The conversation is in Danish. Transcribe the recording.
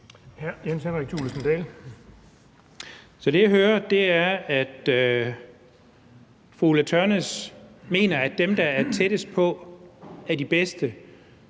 Så det, jeg hører, er, at fru Ulla Tørnæs mener, at dem, der er tættest på og har størst